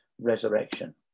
resurrection